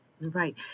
Right